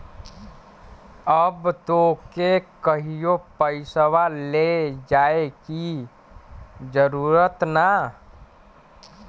अब तोके कहींओ पइसवा ले जाए की जरूरत ना